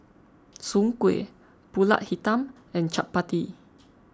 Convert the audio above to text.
Soon Kuih Pulut Hitam and Chappati